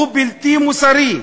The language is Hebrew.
הוא בלתי מוסרי.